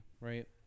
Right